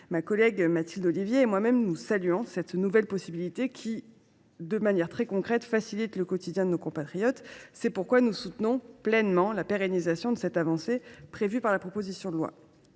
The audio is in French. Ma collègue Mathilde Ollivier et moi même saluons cette nouvelle possibilité qui, de manière très concrète, facilite le quotidien de nos compatriotes. C’est pourquoi nous soutenons pleinement la pérennisation de cette avancée par la présente proposition de loi.